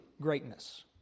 greatness